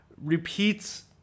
repeats